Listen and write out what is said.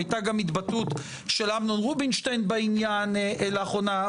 הייתה גם התבטאות של אמנון רובינשטיין בעניין לאחרונה,